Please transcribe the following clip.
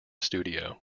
studio